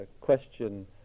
question